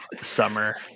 summer